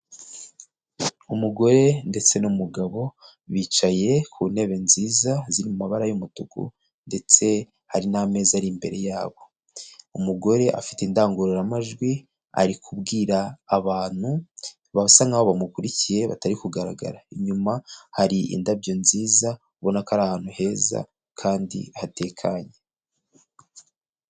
Umugore ndetse n'umugabo bicaye ku ntebe nziza ziri mu mabara y'umutuku ndetse hari n'amezi ari imbere yabo. Umugore afite indangururamajwi ari kubwira abantu basa nkaho bamukurikiye batari kugaragara. Inyuma hari indabyo nziza ubona ko ari ahantu heza kandi hatekanye.